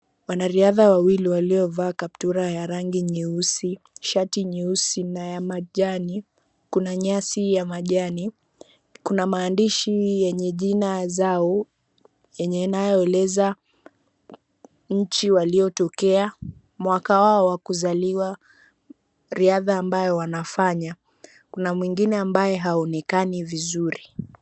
Wanariadha wawili waliovaa kaptura ya rangi nyeusi, shati nyeusi na ya majani, kuna nyasi ya majani, kuna maandishi yenye jina, Zau yenye inayoeleza nchi waliotokea, mwaka wao wa kuzaliwa, riadha ambayo wanafanya, kuna mwengine ambaye haonekani vizuri.